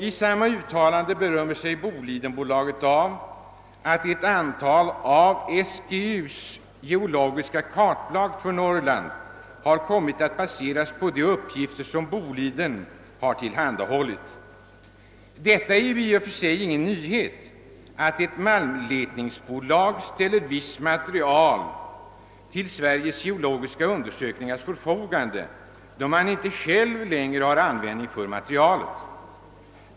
I sitt uttalande berömmer sig Bolidenbolaget av att ett antal av SGU:s geologiska kartblad över Norrland har kommit att baseras på de uppgifter som bolaget har tillhandahållit. I och för sig är det ingen nyhet att ett malmletningsbolag ställer visst material till Sveriges geologiska undersöknings förfogande, då det inte självt längre har användning för detta.